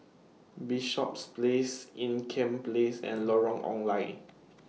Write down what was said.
Bishops Place Ean Kiam Place and Lorong Ong Lye